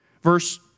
Verse